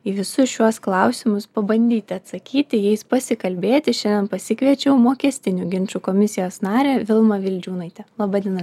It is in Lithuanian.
į visus šiuos klausimus pabandyti atsakyti jais pasikalbėti šiandien pasikviečiau mokestinių ginčų komisijos narę vilmą vildžiūnaitę laba diena